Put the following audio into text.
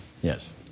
Yes